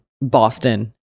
Boston